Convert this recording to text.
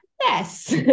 yes